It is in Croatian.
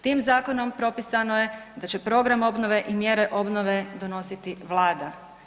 Tim zakonom propisano je da će program obnove i mjere obnove donositi Vlada.